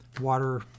water